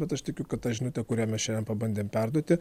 bet aš tikiu kad tą žinutę kurią mes šiandien pabandėm perduoti